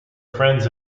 friends